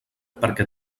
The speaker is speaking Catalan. perquè